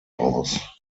aus